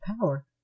power